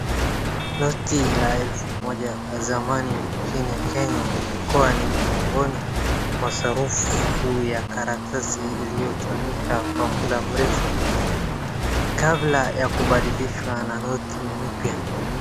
Noti za elfu moja ya zamani nchini Kenya ilikuwa ni miongoni ya sarufu ya karatasi iliyotumika kwa muda mrefu, kabla ya kubadilishwa na noti mpya.